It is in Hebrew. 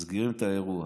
מסדירים את האירוע.